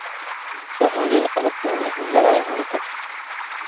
रहेंगे अगर पेड़ नहीं लगाए होंगे तो